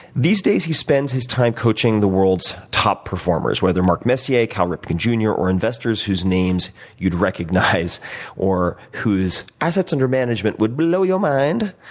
these days, he's spends his time coaching the world's top performers whether mark messier, cal ripken, jr, and or investors whose names you'd recognize or whose assets under management would blow your mind.